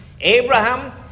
Abraham